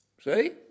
See